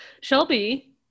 Shelby